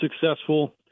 successful